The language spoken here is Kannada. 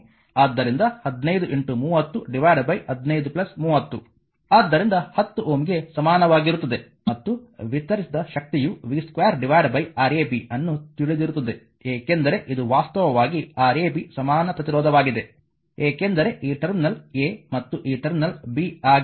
ಆದ್ದರಿಂದ 15 30 15 30 ಆದ್ದರಿಂದ 10 Ω ಗೆ ಸಮಾನವಾಗಿರುತ್ತದೆ ಮತ್ತು ವಿತರಿಸಿದ ಶಕ್ತಿಯು v2 Rab ಅನ್ನು ತಿಳಿದಿರುತ್ತದೆ ಏಕೆಂದರೆ ಇದು ವಾಸ್ತವವಾಗಿ Rab ಸಮಾನ ಪ್ರತಿರೋಧವಾಗಿದೆ ಏಕೆಂದರೆ ಈ ಟರ್ಮಿನಲ್ a ಮತ್ತು ಈ ಟರ್ಮಿನಲ್ b ಆಗಿರುತ್ತದೆ